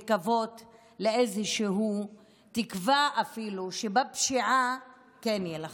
לקוות לאיזושהי תקווה אפילו שבפשיעה כן יילחמו.